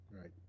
Right